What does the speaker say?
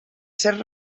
ser